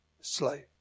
slave